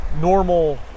normal